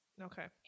Okay